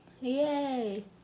Yay